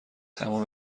تمام